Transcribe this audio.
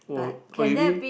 oh oh you mean